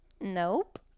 Nope